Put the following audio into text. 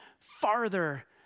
farther